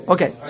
Okay